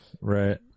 Right